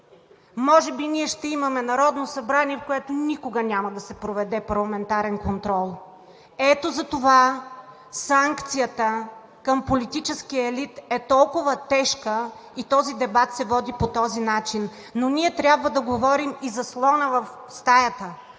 Може би ние ще имаме Народно събрание, в което никога няма да се проведе парламентарен контрол. Ето затова санкцията към политическия елит е толкова тежка и този дебат се води по този начин. Но ние трябва да говорим и за слона в стаята: